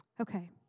okay